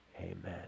Amen